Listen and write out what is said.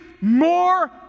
more